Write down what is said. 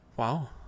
Wow